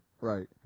Right